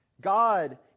God